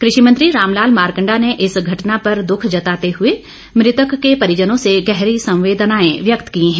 कृषि मंत्री रामलाल मारकंडा ने इस घटना पर दुख जताते हुए मृतक के परिजनों से गहरी संवेदनाएं व्यक्त की हैं